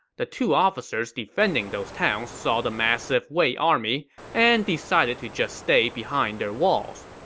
the two officers defending those towns saw the massive wei army and decided to just stay behind their walls.